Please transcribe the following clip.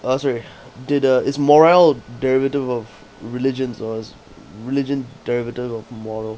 uh sorry did uh is morale derivative of religions or is religion derivative of moral